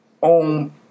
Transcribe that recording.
On